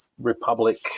republic